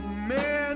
man